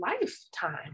lifetime